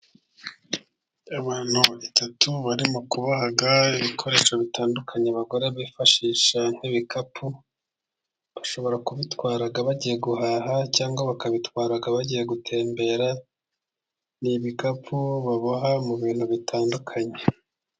Abantu batatu barimo kuboha ibikoresho bitandukanye, abagore bifashisha nk' ibikapu bashobora kubitwara bagiye guhaha cyangwa bakabitwara bagiye gutembera ni ibikapu baboha mu bintu bitandukanye.